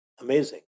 Amazing